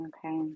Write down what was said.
Okay